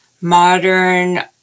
modern